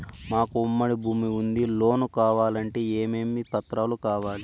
మాకు ఉమ్మడి భూమి ఉంది లోను కావాలంటే ఏమేమి పత్రాలు కావాలి?